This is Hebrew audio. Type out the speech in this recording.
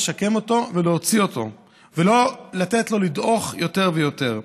על מנת שיוכלו לשוב לדרך המוטב,